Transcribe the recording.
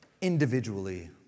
individually